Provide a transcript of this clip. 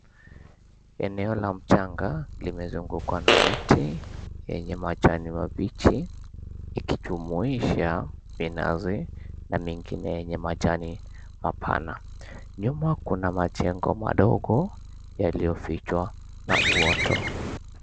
Eneo la mchanga limezungukwa na miti yenye majani mabichi ikijumuisha minazi na mengine yenye majani mapana. Nyuma kuna majengo madogo yaliyofichwa na uoto .